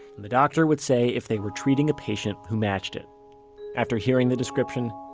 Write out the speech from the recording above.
and the doctor would say if they were treating a patient who matched it after hearing the description,